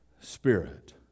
Spirit